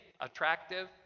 attractive